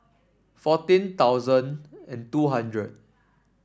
fourteen thousand and two hundred